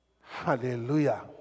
Hallelujah